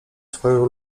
swoją